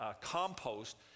compost